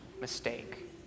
mistake